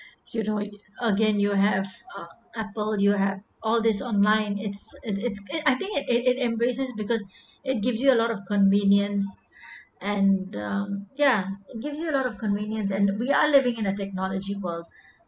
you know again you have uh apple you have all these online it's it it's good I think it it it embraces because it gives you a lot of convenience and um yeah it gives you a lot of convenience and we are living in a technology world